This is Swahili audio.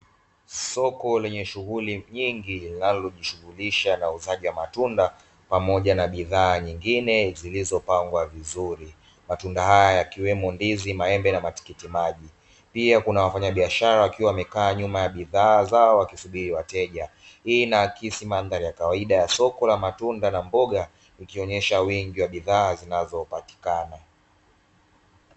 Soko lenye shughuli nyingi, linalojishughulisha na uuzaji wa matunda pamoja na bidhaa nyingine zilizopangwa vizuri. Matunda haya yakiwemo; ndizi, maembe na matikiti maji. Pia kuna wafanyabiashara wakiwa wamekaa nyuma ya bidhaa zao wakisubiri wateja, hii inaakisi mandhari ya kawaida ya soko la matunda na mboga ikionesha wingi wa bidhaa zinazopatikana.